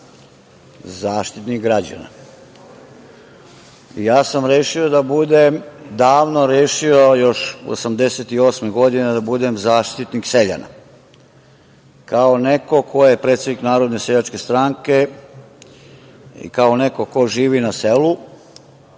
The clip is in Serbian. Zaštitnik građana. Ja sam davno rešio, još 1988. godine, da budem zaštitnik seljana. Kao neko ko je predsednik Narodne seljačke stranke i kao neko ko živi na selu,